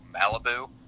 Malibu